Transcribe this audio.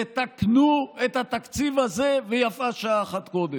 תתקנו את התקציב הזה, ויפה שעה אחת קודם.